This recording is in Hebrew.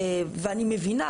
ואני מבינה,